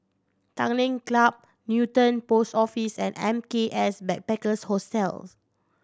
Tanglin Club Newton Post Office and M K S Backpackers Hostel